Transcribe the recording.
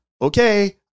okay